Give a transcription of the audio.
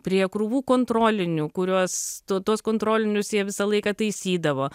prie krūvų kontrolinių kuriuos tuo tuos kontrolinius jie visą laiką taisydavo